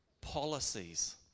policies